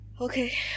Okay